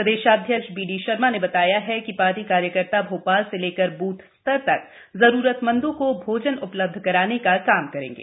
प्रदेशाध्यक्ष वीडी शर्मा ने बताया कि पार्टी कार्यकर्ता भोपाल से लेकर ब्थ स्तर तक जरूरत मंदों को भोजन उपलब्ध कराने का काम करेंगे